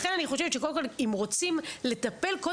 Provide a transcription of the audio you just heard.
אני חושבת שקודם כל אם רוצים לטפל אנחנו